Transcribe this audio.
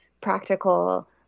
practical